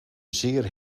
zeer